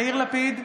(קוראת בשמות חברי הכנסת) יאיר לפיד,